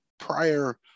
prior